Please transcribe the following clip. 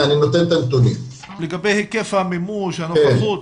לגבי היקף המימוש, הנוכחות.